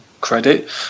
credit